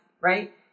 right